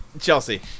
Chelsea